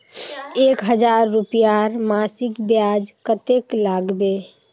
एक हजार रूपयार मासिक ब्याज कतेक लागबे?